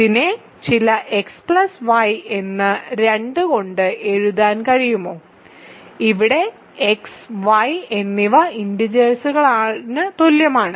ഇതിനെ ചില x y എന്ന് 2 കൊണ്ട് എഴുതാൻ കഴിയുമോ ഇവിടെ x y എന്നിവ ഇന്റിജേഴ്സ്കളുള്ളതിന് തുല്യമാണ്